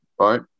right